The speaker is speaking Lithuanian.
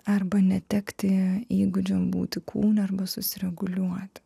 arba netekti įgūdžių būti kūne arba susireguliuoti